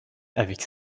avec